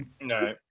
No